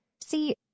See